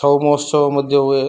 ଛଉ ମହୋତ୍ସବ ମଧ୍ୟ ହୁଏ